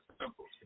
simple